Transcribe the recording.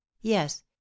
yes